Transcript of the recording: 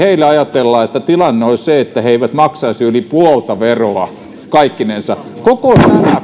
ajatella että heille tilanne olisi se etteivät he maksaisi yli puolta veroa kaikkinensa koko tämä